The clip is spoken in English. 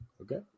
Okay